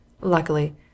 Luckily